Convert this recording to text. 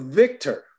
victor